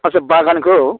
आदसा बागानखौ